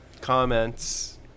comments